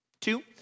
Two